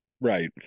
Right